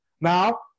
Now